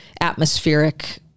atmospheric